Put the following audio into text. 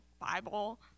Bible